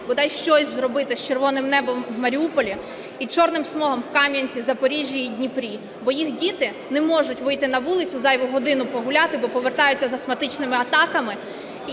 бодай щось зробити з червоним небом в Маріуполі і чорним смогом в Кам'янці, Запоріжжі і Дніпрі, бо їх діти не можуть вийти на вулицю зайву годину погуляти, бо повертаються з астматичними атаками